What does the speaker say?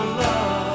love